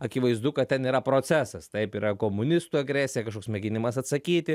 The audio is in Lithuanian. akivaizdu kad ten yra procesas taip yra komunistų agresija kažkoks mėginimas atsakyti